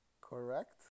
correct